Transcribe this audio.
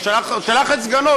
ושלח את סגנו,